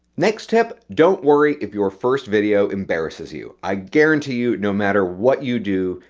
next tip. don't worry if your first video embarrasses you. i guarantee you no matter what you do,